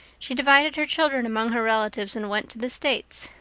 she divided her children among her relatives and went to the states.